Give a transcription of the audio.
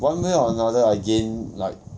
one way or another I gain like